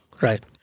Right